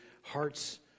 heart's